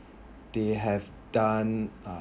they have done uh